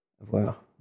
avoir